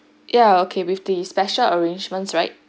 ya okay with the special arrangements right